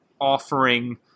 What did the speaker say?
offering